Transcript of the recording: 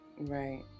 Right